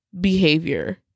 behavior